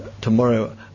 tomorrow